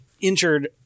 injured